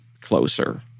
closer